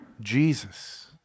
Jesus